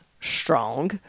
strong